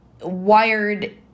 Wired